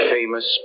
Famous